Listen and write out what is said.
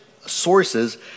sources